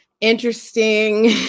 interesting